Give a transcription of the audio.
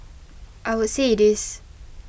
I would say it is